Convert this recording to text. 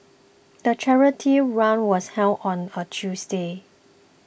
the charity run was held on a Tuesday